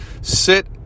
sit